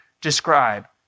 describe